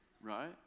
right